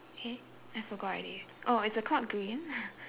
eh I forgot already oh is the clock green